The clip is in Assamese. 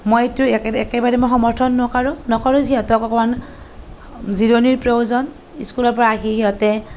মই এইটো একে একেবাৰে মই সমৰ্থন নকৰোঁ নকৰোঁ সিহঁতক অকণমান জিৰণিৰ প্ৰয়োজন স্কুলৰ পৰা আহি সিহঁতে